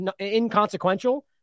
inconsequential